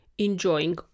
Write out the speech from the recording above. enjoying